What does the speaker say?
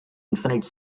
infinite